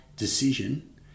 decision